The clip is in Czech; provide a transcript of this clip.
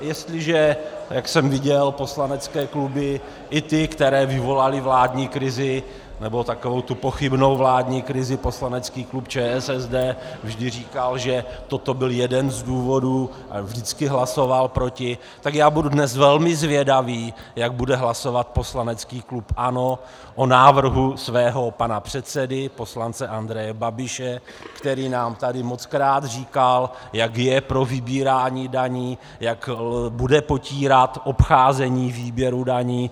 Jestliže, jak jsem viděl, poslanecké kluby, i ty, které vyvolaly vládní krizi, nebo takovou tu pochybnou vládní krizi, poslanecký klub ČSSD vždy říkal, že toto byl jeden z důvodů a vždycky hlasoval proti, tak já budu dnes velmi zvědavý, jak bude hlasovat poslanecký klub ANO o návrhu svého pana předsedy, poslance Andreje Babiše, který nám tady mockrát říkal, jak je pro vybírání daní, jak bude potírat obcházení výběru daní.